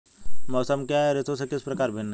मौसम क्या है यह ऋतु से किस प्रकार भिन्न है?